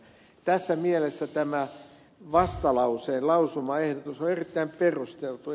tässä mielessä vastalauseen lausumaehdotus on erittäin perusteltu